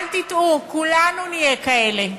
אל תטעו, כולנו נהיה כאלה.